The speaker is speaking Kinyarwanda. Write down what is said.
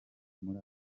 muri